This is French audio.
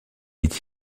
est